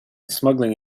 smuggling